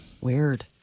Weird